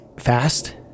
fast